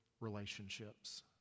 relationships